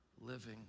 living